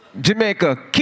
Jamaica